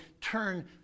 turn